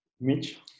Mitch